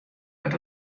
dat